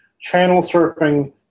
channel-surfing